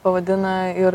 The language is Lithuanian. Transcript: pavadina ir